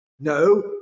No